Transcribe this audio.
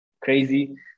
crazy